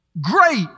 great